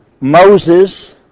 Moses